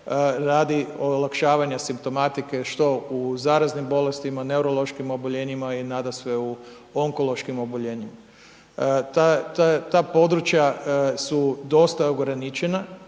radi olakšavanja simptomatske što u zaraznim bolestima, neurološkim oboljenjima i nadasve u onkološkim oboljenjima. Ta područja su dosta ograničena,